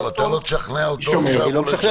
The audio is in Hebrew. אתה לא תשכנע אותו --- אני לא משכנע,